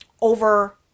over